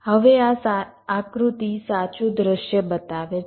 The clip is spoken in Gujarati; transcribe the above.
હવે આ આકૃતિ સાચું દૃશ્ય બતાવે છે